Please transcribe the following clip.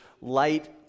light